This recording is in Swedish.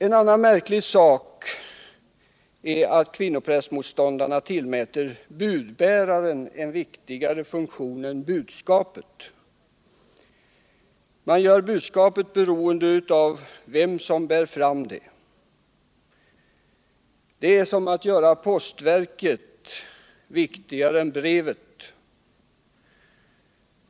En annan märklig sak är att kvinnoprästmotståndarna tillmäter budbäraren en viktigare funktion än budskapet. Man gör budskapet beroende av vem som bär fram det. Det är som att göra postverket viktigare än brevet.